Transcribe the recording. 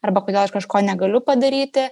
arba kodėl aš kažko negaliu padaryti